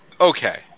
okay